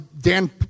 Dan